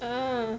ah